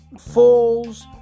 falls